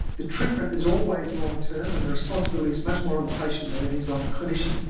the treatment is always long term and the responsibility is much more on the patient than it is on the clinician.